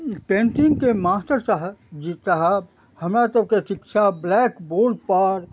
पेन्टिंगके मास्टर साहब जी चाहब हमरा सभके शिक्षा ब्लैक बोर्डपर